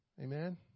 Amen